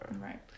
Right